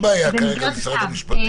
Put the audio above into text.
אין בעיה כרגע עם משרד המשפטים.